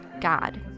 God